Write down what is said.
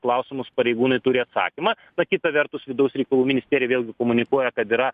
klausimus pareigūnai turi atsakymą na kita vertus vidaus reikalų ministerija vėlgi komunikuoja kad yra